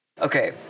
Okay